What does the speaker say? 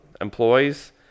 employees